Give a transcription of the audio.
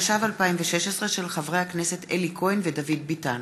התשע"ו 2016, מאת חברי הכנסת אלי כהן ודוד ביטן.